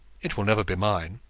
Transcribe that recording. it will never be mine.